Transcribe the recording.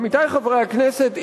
עמיתי חברי הכנסת,